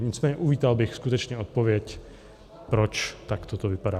Nicméně uvítal bych skutečně odpověď, proč takto to vypadá.